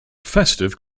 festive